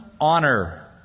honor